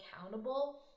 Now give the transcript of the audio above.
accountable